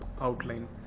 outline